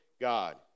God